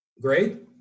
Great